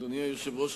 אדוני היושב-ראש,